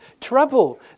trouble